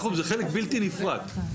זה חלק בלתי נפרד.